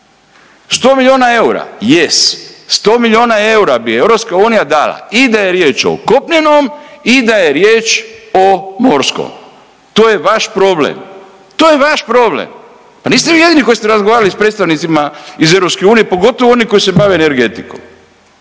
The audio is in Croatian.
sto milijuna eura. Yes, sto milijuna eura bi EU dala i da je riječ o kopnenom i da je riječ o morskom. To je vaš problem. To je vaš problem. Pa niste vi jedini koji ste razgovarali sa predstavnicima iz EU pogotovo oni koji se bave energetikom.